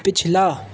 پچھلا